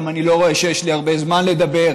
ואני לא רואה שיש לי הרבה זמן לדבר,